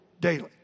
daily